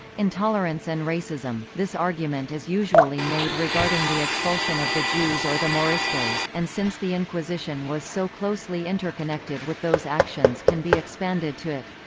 intolerance and racism this argument is usually made regarding the expulsion of the jews or the moriscos, and since the inquisition was so closely interconnected with those actions can be expanded to it.